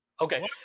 Okay